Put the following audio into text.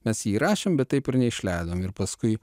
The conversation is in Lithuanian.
mes jį įrašėm bet taip ir neišleidom ir paskui